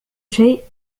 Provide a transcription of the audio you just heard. شيء